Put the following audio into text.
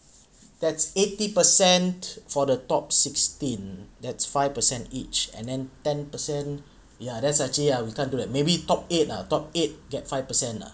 that's eighty percent for the top sixteen that's five percent each and then ten percent ya that's actually ah we can't do that maybe top eight ah top eight get five percent lah